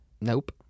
Nope